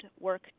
work